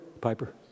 Piper